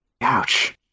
Ouch